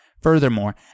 Furthermore